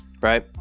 right